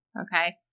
Okay